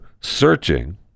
searching